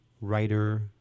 writer